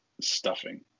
stuffing